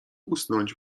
usnąć